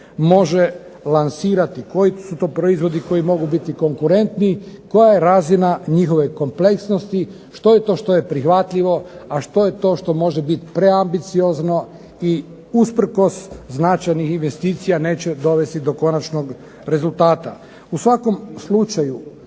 može lansirati, koji su to proizvodi koji mogu biti konkurentni, koja je razina njihove kompleksnosti, što je to što je prihvatljivo, a što je to što može biti preambiciozno i usprkos značajnih investicija neće dovesti do značajnih rezultata. U svakom slučaju